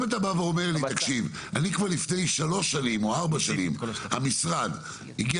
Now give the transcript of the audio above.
אם אתה אומר לי: כבר לפני שלוש או ארבע שנים המשרד הגיע